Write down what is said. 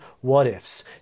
what-ifs